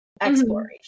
exploration